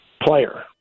player